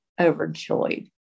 overjoyed